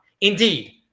Indeed